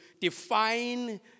define